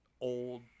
old